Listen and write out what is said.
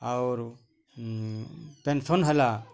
ଆଉରୁ pension ହେଲା